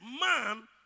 man